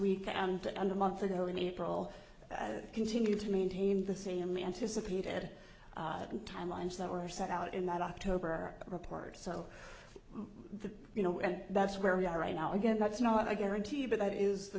week and under months ago in april i have continued to maintain the same anticipate ed and timelines that were set out in that october report so the you know and that's where we are right now again that's not a guarantee but that is the